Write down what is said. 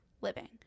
living